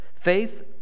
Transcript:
Faith